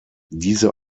diese